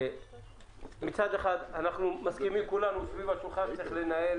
מצד אחד אנחנו מסכימים כולנו שצריך לנהל